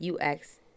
UX